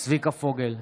צביקה פוגל,